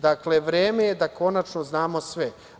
Dakle, vreme je da konačno znamo sve.